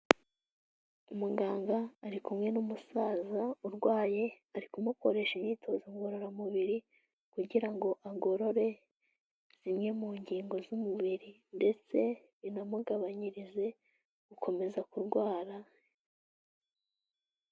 Umuganga ari kumwe n'umusaza urwaye ari kumukoresha imyitozo ngororamubiri kugira ngo agorore zimwe mu ngingo z'umubiri ndetse binamugabanyirize gukomeza kurwara.